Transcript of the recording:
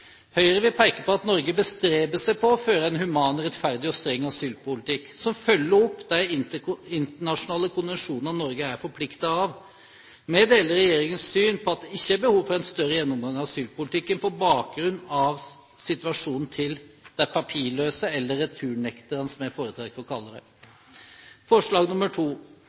Høyre vil peke på at Norge bestreber seg på å føre en human, rettferdig og streng asylpolitikk som følger opp de internasjonale konvensjonene Norge er forpliktet av. Vi deler regjeringens syn på at det ikke er behov for en større gjennomgang av asylpolitikken på bakgrunn av situasjonen til de papirløse – eller returnekterne, som jeg foretrekker å kalle dem. Forslag